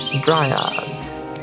Dryads